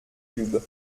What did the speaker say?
cubes